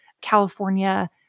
California